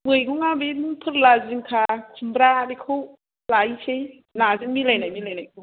मैगङा बे फोरला जिंखा खुमब्रा बेखौ लायनोसै नाजों मिलायनाय मिलायनाय